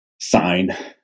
sign